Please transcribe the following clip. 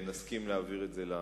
ונסכים להעביר את זה למליאה.